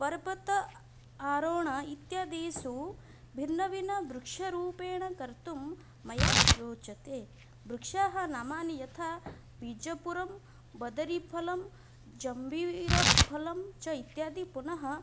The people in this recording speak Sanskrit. पर्वत आरोहणम् इत्यादिषु भिन्नभिन्नवृक्षारोपणं कर्तुं मया रोचते वृक्षनामानि यथा बीजपुरं बदरीफलं जम्बीरफलं च इत्यादि पुनः